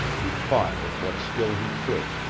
he fought with what skill he could,